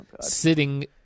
sitting